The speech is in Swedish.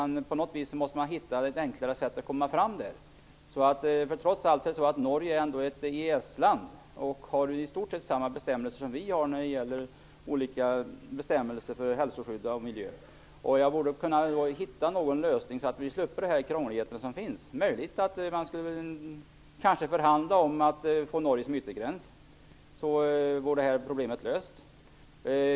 På något vis måste man hitta ett enklare sätt att komma fram. Trots allt är Norge ett EES land som i stort sett har samma bestämmelser som vi när det gäller t.ex. hälsoskydd och miljö. Man borde kunna hitta en lösning så att vi sluppe den här krångligheten. Det är möjligt att man borde förhandla om att få Norge som yttre gräns. Då vore det här problemet löst.